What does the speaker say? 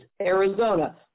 Arizona